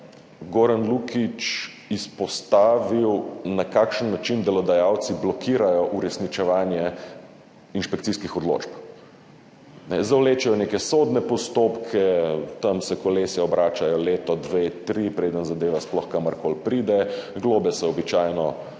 Goran Lukić izpostavil, na kakšen način delodajalci blokirajo uresničevanje inšpekcijskih odločb. Zavlečejo neke sodne postopke, tam se kolesa obračajo leto, dve, tri, preden zadeva sploh kamor koli pride, globe se običajno